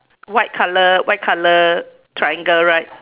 white colour white colour triangle right